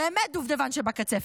באמת דובדבן שבקצפת.